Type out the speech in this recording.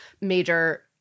major